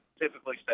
typically